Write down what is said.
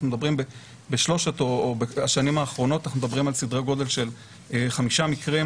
אנחנו מדברים בשנים האחרונות על סדרי גודל של 5 מקרים